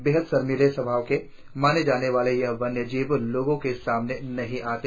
बेहद शर्मीले स्वभाव के माने जाने वाले यह वन्य जीव लोगों को सामने नही आता